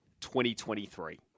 2023